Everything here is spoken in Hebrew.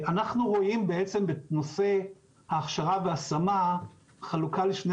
אנחנו רואים בנושא ההכשרה וההשמה חלוקה לשני